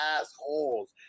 assholes